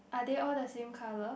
are they all the same colour